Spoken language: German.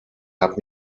hab